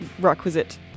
requisite